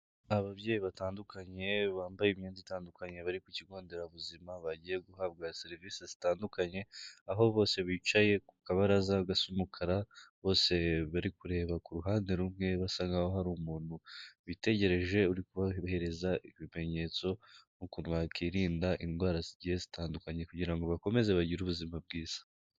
Ababyeyi batandukanye, bambaye imyenda itandukanye, bari ku kigo nderabuzima, bagiye guhabwa serivise zitandukanye, aho bose bicaye ku kabaraza gasa umukara, bose bari kureba ku ruhande rumwe basa nk'aho hari umuntu bitegereje uri kubahereza ibimenyetso ukuntu bakirinda indwara zigiye zitandukanye kugira ngo bakomeze bagire ubuzima bwiza.